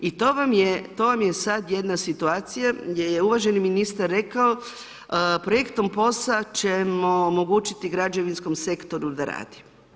I to vam je, to vam je sad jedna situacija gdje je uvaženi ministar rekao projektom POS-a ćemo omogućiti građevinskom sektoru da radi.